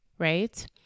Right